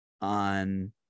on